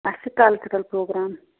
اَسہِ چھُ cultural programme